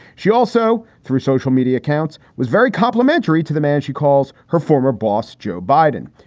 she also, through social media accounts, was very complimentary to the man she calls her former boss, joe biden.